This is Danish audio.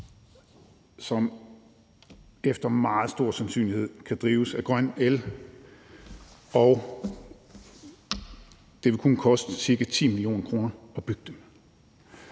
som efter meget stor sandsynlighed kan drives af grøn el. Og det vil kun koste ca. 10 mio. kr. at bygge dem.